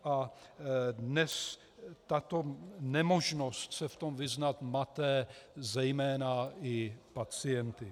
A dnes tato nemožnost se v tom vyznat mate zejména i pacienty.